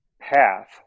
path